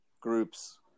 groups